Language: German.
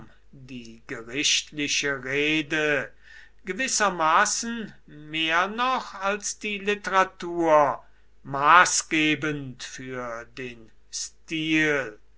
die gerichtliche rede gewissermaßen mehr noch als die literatur maßgebend für den stil